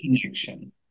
connection